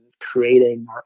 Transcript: Creating